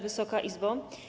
Wysoka Izbo!